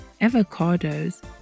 avocados